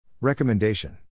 Recommendation